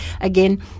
again